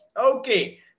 Okay